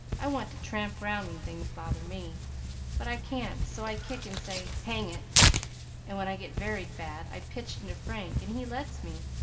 i want to tramp round when things bother me but i can't, so i kick and say, hang it and when i get very bad i pitch into frank, and he lets me.